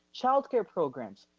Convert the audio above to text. childcare programs.